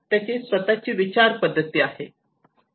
त्याची स्वतःची विचार पद्धती आहे